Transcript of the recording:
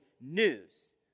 news